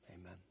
Amen